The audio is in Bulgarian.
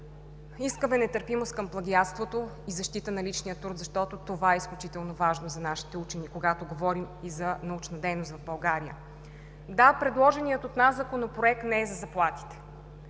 искаме нетърпимост към плагиатството и защита на личния труд, защото това е изключително важно за нашите учени, когато говорим и за научна дейност в България. Да, предложеният от нас Законопроект не е за заплатите.